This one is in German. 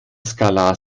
skalar